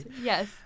yes